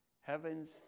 Heaven's